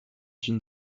d’une